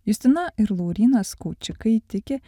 justina ir laurynas kaučikai tiki